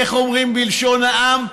איך אומרים בלשון העם,